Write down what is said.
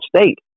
state